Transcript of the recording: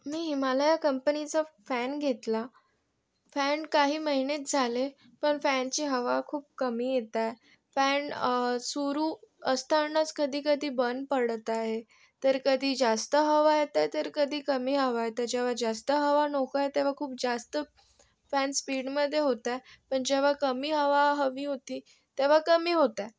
मी हिमालया कंपनीचा फॅन घेतला फॅन काही महिनेच झाले पण फॅनची हवा खूप कमी येत आहे फॅन सुरू असतानाच कधीकधी बंद पडत आहे तर कधी जास्त हवा येत आहे तर कधी कमी हवा येते जेव्हा जास्त हवा नको आहे तेव्हा खूप जास्त फॅन स्पीडमध्ये होत आहे पण जेव्हा कमी हवा हवी होती तेव्हा कमी होत आहे